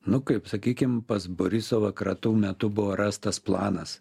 nu kaip sakykim pas borisovą kratų metu buvo rastas planas